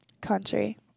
Country